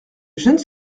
jeunes